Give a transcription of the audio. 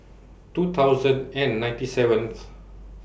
two thousand and ninety seventh